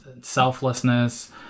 selflessness